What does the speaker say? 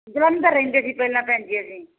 ਜਲੰਧਰ ਰਹਿੰਦੇ ਸੀ ਜੀ ਪਹਿਲਾਂ ਭੈਣ ਜੀ ਅਸੀਂ